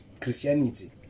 Christianity